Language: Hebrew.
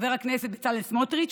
חבר הכנסת בצלאל סמוטריץ',